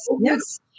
Yes